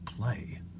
play